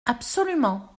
absolument